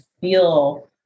feel